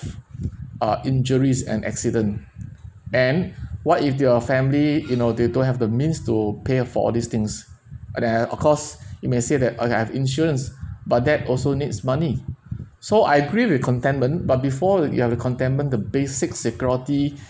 uh injuries and accident and what if their family you know they don't have the means to pay for all these things and then of course you may say that okay I have insurance but that also needs money so I agree with contentment but before you have the contentment the basic security